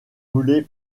voulez